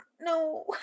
No